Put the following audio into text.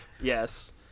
Yes